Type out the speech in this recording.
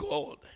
God